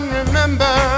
remember